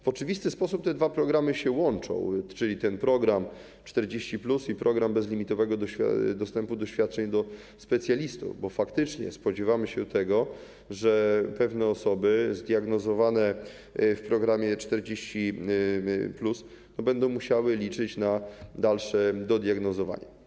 W oczywisty sposób te dwa programy się łączą, czyli program 40+ i program bezlimitowego dostępu do świadczeń do specjalistów, bo faktycznie spodziewamy się tego, że pewne osoby zdiagnozowane w programie 40+ będą musiały liczyć na dalsze dodiagnozowania.